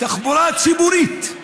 תנצל את הבמה כדי לגנות את הפיגוע.